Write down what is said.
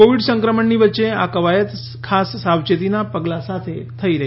Covid સંક્રમણની વચ્ચે આ કવાયત ખાસ સાવચેતીના પગલા સાથે થઇ રહી છે